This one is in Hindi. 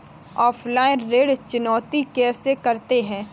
ऑफलाइन ऋण चुकौती कैसे करते हैं?